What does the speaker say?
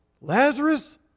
Lazarus